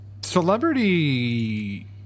Celebrity